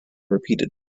repeated